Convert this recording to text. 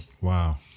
Wow